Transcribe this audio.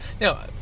Now